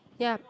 ya